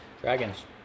Dragons